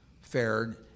fared